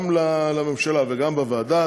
גם בממשלה וגם בוועדה,